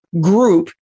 group